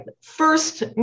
First